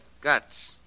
guts